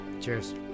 Cheers